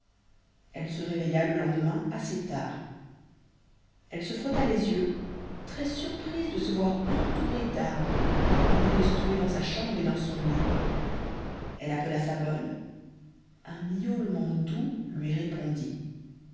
elle se réveilla le lendemain assez tard elle se frotta les yeux très surprise de se voir entourée d'arbres au lieu de se trouver dans sa chambre et dans son lit elle appela sa bonne un miaulement doux lui répondit